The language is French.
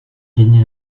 gagné